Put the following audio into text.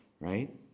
right